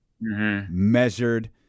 measured